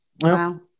Wow